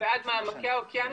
ועד מעמקי האוקיינוס,